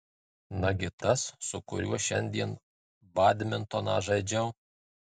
nagi tas su kuriuo šiandien badmintoną žaidžiau